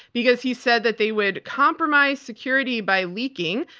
because he said that they would compromise security by leaking,